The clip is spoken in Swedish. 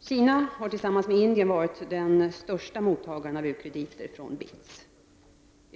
Kina har tillsammans med Indien varit den största mottagaren av u-krediter från BITS.